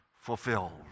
fulfilled